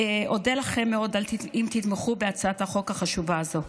אודה לכם מאוד אם תתמכו בהצעת החוק החשובה הזו.